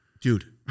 Dude